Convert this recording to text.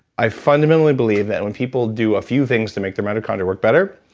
i fundamentally believe that when people do a few things to make their mitochondria work better,